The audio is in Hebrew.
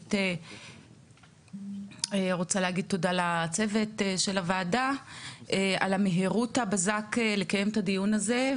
בהחלט רוצה להגיד תודה לצוות הוועדה על מהירות הבזק לקיים את הדיון הזה,